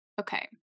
okay